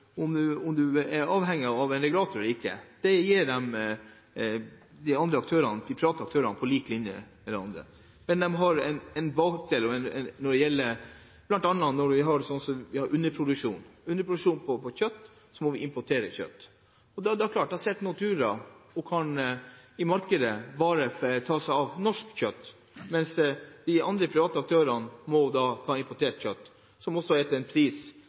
om man er avhengig av en regulator eller ikke. Det gir de andre aktørene, de private aktørene, en mulighet på lik linje med de andre. Men de har en ulempe, bl.a. når man har underproduksjon. Når man har underproduksjon på kjøtt, må man importere kjøtt. Og da kan Nortura sitte i markedet og bare ta seg av norsk kjøtt, mens de andre private aktørene må ta importert kjøtt til en pris